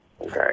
Okay